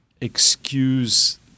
excuse